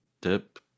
dip